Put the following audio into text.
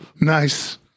Nice